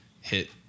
hit